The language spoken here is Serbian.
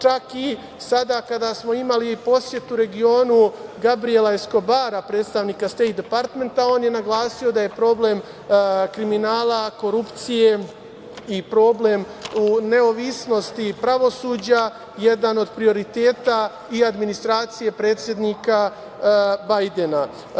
Čak i sada kada smo imali posetu regionu Gabrijela Eskobara, predstavnika Stejt departmenta, on je naglasio da je problem kriminala, korupcije i problem neovisnosti pravosuđa jedan od prioriteta i administracije predsednika Bajdena.